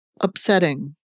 upsetting